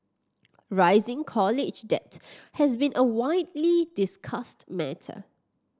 rising college debt has been a widely discussed matter